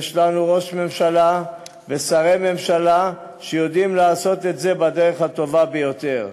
יש לנו ראש ממשלה ושרי ממשלה שיודעים לעשות את זה בדרך הטובה ביותר.